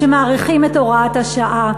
את הוראת השעה.